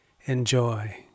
Enjoy